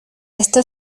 esto